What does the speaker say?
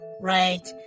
Right